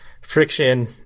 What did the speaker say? friction